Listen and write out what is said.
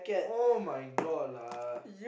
[oh]-my-god lah